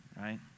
right